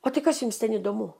o tai kas jums ten įdomu